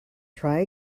try